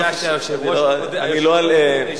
זה היה כשהיושב-ראש הקודם ניהל את הישיבה.